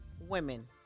women